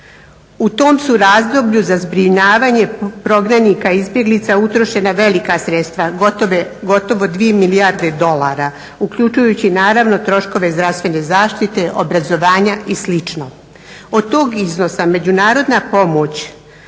U tom su razdoblje za zbrinjavanje prognanika i izbjeglica utrošena velika sredstva, gotovo 2 milijarde dolara uključujući naravno troškove zdravstvene zaštite, obrazovanja i sl. Od tog iznosa međunarodna pomoć